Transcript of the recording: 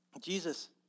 Jesus